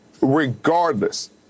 Regardless